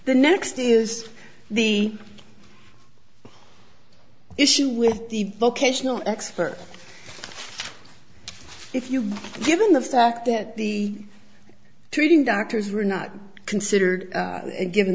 the next is the issue with the vocational expert if you've given the fact that the treating doctors were not considered a given